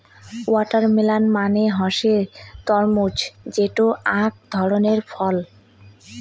watermelon মানে হসে তরমুজ যেটো আক ধরণের ফল